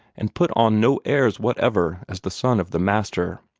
and put on no airs whatever as the son of the master.